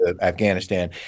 Afghanistan